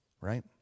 right